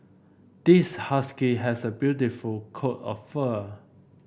this husky has a beautiful coat of fur